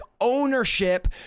ownership